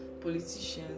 politicians